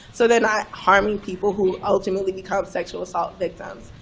so they're not harming people who ultimately become sexual assault victims.